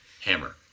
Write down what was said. hammer